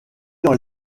dans